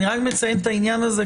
אני רק מציין את העניין הזה,